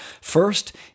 First